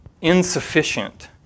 insufficient